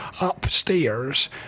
upstairs